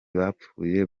bapfuye